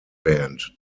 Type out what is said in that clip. band